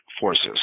forces